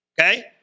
Okay